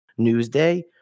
Newsday